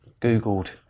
Googled